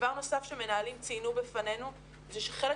דבר נוסף שמנהלים ציינו בפנינו זה שחלק